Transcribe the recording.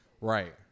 Right